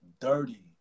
dirty